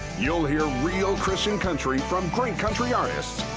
you'll hear real christian country from great country artists.